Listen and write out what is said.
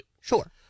sure